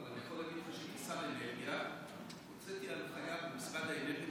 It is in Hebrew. אבל אני יכול להגיד לך שכשר האנרגיה הוצאתי הנחיה במשרד האנרגיה